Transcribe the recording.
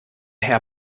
herr